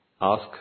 ask